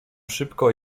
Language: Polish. szybko